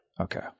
Okay